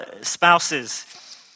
spouses